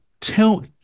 tell